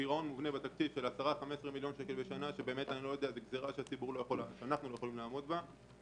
זו גזירה שאנחנו לא יכולים לעמוד בה.